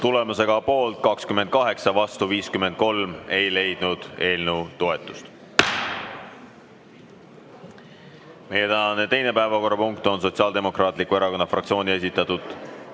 Tulemusega poolt 28, vastu 53 ei leidnud eelnõu toetust. Meie tänane teine päevakorrapunkt on Sotsiaaldemokraatliku Erakonna fraktsiooni esitatud